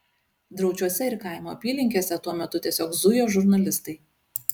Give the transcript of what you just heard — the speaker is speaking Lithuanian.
draučiuose ir kaimo apylinkėse tuo metu tiesiog zujo žurnalistai